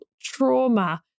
trauma